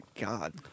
God